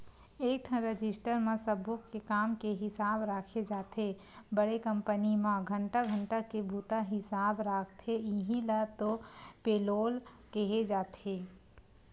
एकठन रजिस्टर म सब्बो के काम के हिसाब राखे जाथे बड़े कंपनी म घंटा घंटा के बूता हिसाब राखथे इहीं ल तो पेलोल केहे जाथे